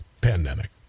pandemic